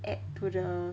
add to the